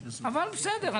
אבל בסדר.